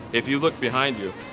if you look behind you,